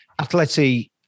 Atleti